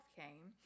came